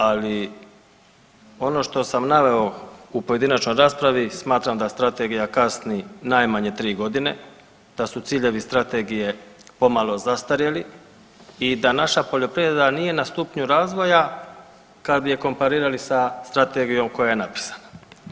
Ali ono što sam naveo u pojedinačnoj raspravi smatram da strategija kasni najmanje 3 godine, da su ciljevi strategije pomalo zastarjeli i da naša poljoprivreda nije na stupnju razvoja kad bi je komparirali sa strategijom koja je napisana.